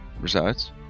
resides